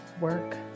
work